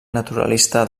naturalista